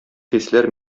хисләр